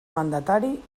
mandatari